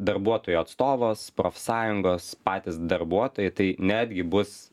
darbuotojo atstovas profsąjungos patys darbuotojai tai netgi bus